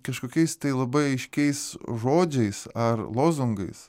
kažkokiais tai labai aiškiais žodžiais ar lozungais